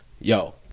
yo